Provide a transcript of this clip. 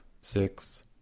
six